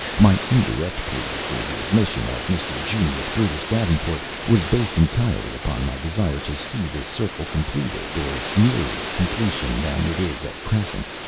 my indirect plea for the admission of mr. junius brutus davenport was based entirely upon my desire to see this circle completed or nearer completion than it is at present.